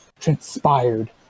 transpired